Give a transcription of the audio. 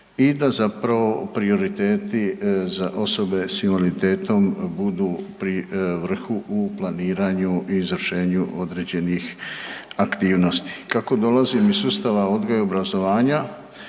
i da zapravo prioriteti za osobe s invaliditetom budu pri vrhu u planiranju i izvršenju određenih aktivnosti. Kako dolazim iz sustava odgoja i obrazovanja,